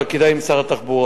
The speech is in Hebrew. אבל כדאי עם שר התחבורה.